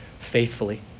faithfully